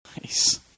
Nice